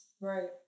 right